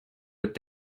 with